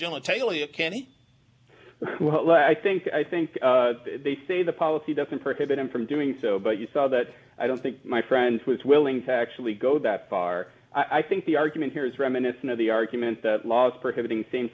genitalia kennie well i think i think they say the policy doesn't prohibit him from doing so but you saw that i don't think my friends with willing to actually go that far i think the argument here is reminiscent of the argument that laws prohibiting